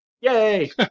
Yay